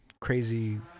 Crazy